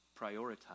prioritize